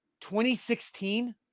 2016